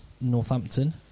Northampton